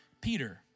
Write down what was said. Peter